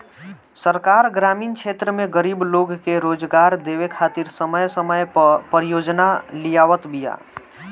सरकार ग्रामीण क्षेत्र में गरीब लोग के रोजगार देवे खातिर समय समय पअ परियोजना लियावत बिया